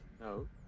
No